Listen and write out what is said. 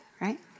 right